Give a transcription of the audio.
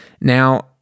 Now